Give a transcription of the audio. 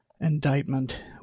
indictment